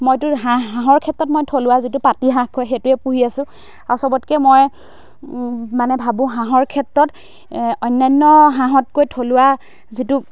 মইতো হাঁহ হাঁহৰ ক্ষেত্ৰত মই থলুৱা যিটো পাতি হাঁহ কয় সেইটোৱে পুহি আছোঁ আৰু সবতকৈ মই মানে ভাবোঁ হাঁহৰ ক্ষেত্ৰত এ অন্যান্য হাঁহতকৈ থলুৱা যিটো